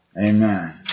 Amen